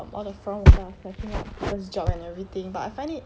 all the foreign workers are snatching up people's job and everything but I find it